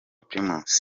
primus